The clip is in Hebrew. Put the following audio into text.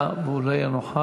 אם הוא לא יימצא